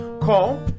Call